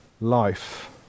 life